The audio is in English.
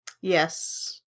Yes